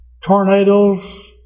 Tornadoes